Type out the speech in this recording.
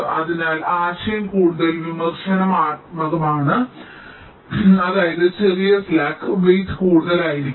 അതിനാൽ ആശയം കൂടുതൽ വിമർശനാത്മകമാണ് അതായത് ചെറിയ സ്ലാക്ക് വെയ്റ് കൂടുതലായിരിക്കണം